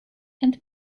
and